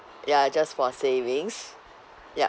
ya just for savings yup